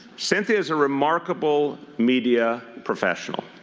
cynthia is a remarkable media professional.